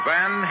Van